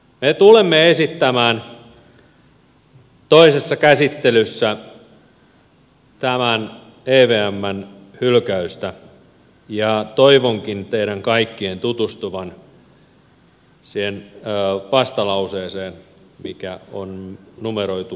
me tulemme esittämään toisessa käsittelyssä tämän evmn hylkäystä ja toivonkin teidän kaikkien tutustuvan siihen vastalauseeseen mikä on numeroitu kakkosnumerolla